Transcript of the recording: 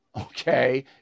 okay